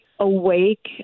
awake